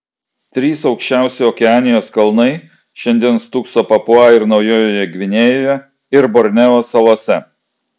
trys aukščiausi okeanijos kalnai šiandien stūkso papua ir naujojoje gvinėjoje ir borneo salose